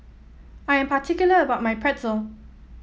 I am particular about my Pretzel